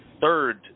third